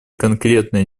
конкретной